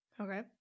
Okay